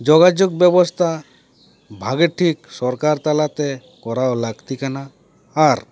ᱡᱳᱜᱟᱡᱳᱜᱽ ᱵᱮᱵᱚᱥᱟᱛᱟ ᱵᱷᱟᱜᱮ ᱴᱷᱤᱠ ᱥᱚᱨᱠᱟᱨ ᱛᱟᱞᱟᱛᱮ ᱠᱚᱨᱟᱣ ᱞᱟᱹᱠᱛᱤ ᱠᱟᱱᱟ ᱟᱨ